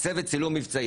צוות צילום מבצעי.